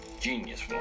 genius